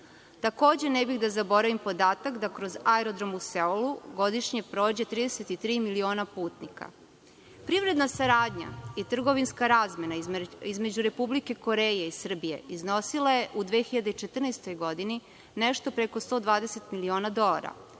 Takođe, ne bih da zaboravim podatak da kroz aerodrom u Seulu godišnje prođe 33 miliona putnika. Privredna saradnja i trgovinska razmena između Republike Koreje i Srbije iznosila je u 2014. godini nešto preko 120 miliona dolara,